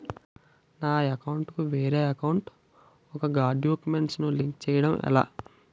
నా అకౌంట్ కు వేరే అకౌంట్ ఒక గడాక్యుమెంట్స్ ను లింక్ చేయడం ఎలా?